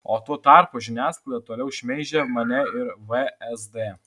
o tuo tarpu žiniasklaida toliau šmeižia mane ir vsd